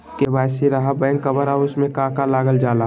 KYC रहा back cover और उसमें का का लागल जाला?